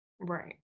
Right